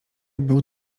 był